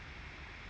mm